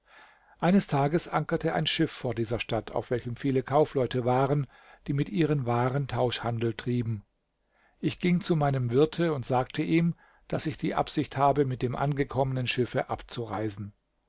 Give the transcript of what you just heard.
eines tages ankerte ein schiff vor dieser stadt auf welchem viele kaufleute waren die mit ihren waren tauschhandel trieben ich ging zu meinem wirte und sagte ihm daß ich die absicht habe mit dem angekommenen schiffe abzureisen